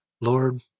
Lord